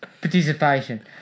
participation